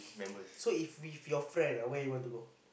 so if with your friend ah where you want to go